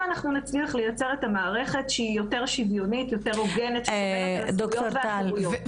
אנחנו נצליח לייצר מערכת שהיא יותר שוויונית והוגנת --- ד"ר טל,